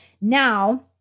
Now